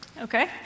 Okay